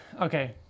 Okay